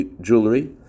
jewelry